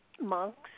monks